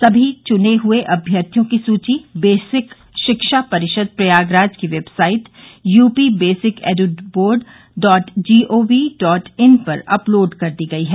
सभी चुने हुए अम्यर्थियों की सूची बेसिक शिक्षा परिषद प्रयागराज की website UP basic ed board dot gov dot in पर अपलोड कर दी गई है